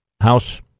house